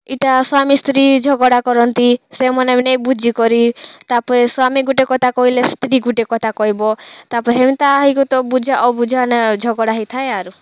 ଏଇଟା ସ୍ୱାମୀ ସ୍ତ୍ରୀ ଝଗଡ଼ା କରନ୍ତି ସେମାନେ ବି ନେଇଁ ବୁଝିକରି ତା'ପରେ ସ୍ୱାମୀ ଗୁଟେ କଥା କହିଲେ ସ୍ତ୍ରୀ ଗୁଟେ କଥା କହିବ ତା'ପରେ ହେମତା ହେଇକରି ତ ବୁଝା ଅବୁଝା ନାଁ ଝଗଡ଼ା ହେଇଥାଏ ଆରୁ